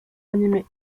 animé